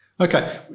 Okay